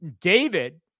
David